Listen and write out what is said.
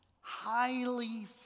highly